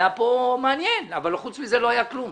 היה כאן מעניין אבל חוץ מזה לא היה כלום.